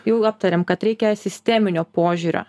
jau aptarėm kad reikia sisteminio požiūrio